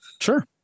Sure